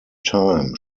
time